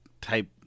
type